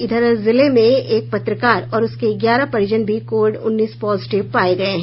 इधर जिले में एक पत्रकार और उसके ग्यारह परिजन भी कोविड उन्नीस पॉजिटिव पाये गये हैं